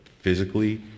physically